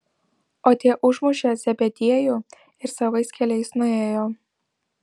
o tie užmušė zebediejų ir savais keliais nuėjo